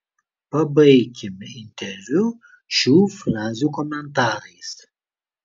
pabaikime interviu šių frazių komentarais